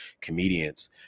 comedians